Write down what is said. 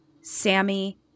Sammy